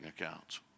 accounts